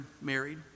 married